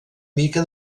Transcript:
mica